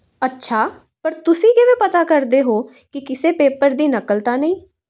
ਅੱਛਾ ਪਰ ਤੁਸੀਂ ਕਿਵੇਂ ਪਤਾ ਕਰਦੇ ਹੋ ਕਿ ਕਿਸੇ ਪੇਪਰ ਦੀ ਨਕਲ ਤਾਂ ਨਹੀਂ